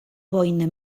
boina